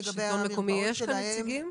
לגבי המרפאות שלהן.